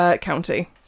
County